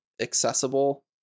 accessible